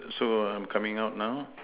so I'm coming out now